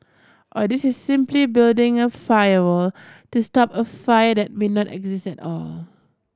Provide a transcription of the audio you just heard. or this is simply building a firewall to stop a fire that may not exist at all